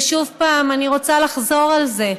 ושוב, אני רוצה לחזור על זה: